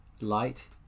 light